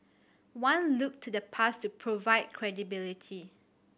one looked to the past to provide credibility